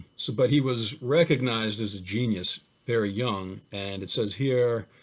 so but he was recognized as a genius very young and it says here,